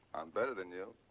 better than you.